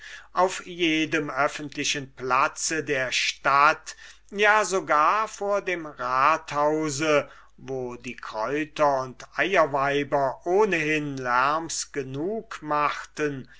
auf jedem öffentlichen platz der stadt ja gar vor dem rathause selbst wo die kräuter und eierweiber ohnehin lerms genug machten